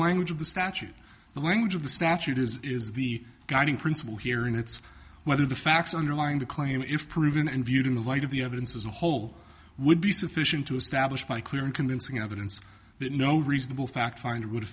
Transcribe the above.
language of the statute the language of the statute is is the guiding principle here and it's whether the facts underlying the claim if proven and viewed in the light of the evidence as a whole would be sufficient to establish by clear and convincing evidence that no reasonable fact finder would have